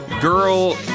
Girl